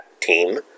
team